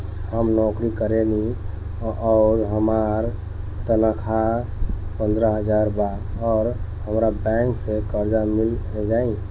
हम नौकरी करेनी आउर हमार तनख़ाह पंद्रह हज़ार बा और हमरा बैंक से कर्जा मिल जायी?